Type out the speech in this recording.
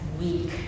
week